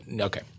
Okay